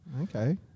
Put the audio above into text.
Okay